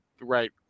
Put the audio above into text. right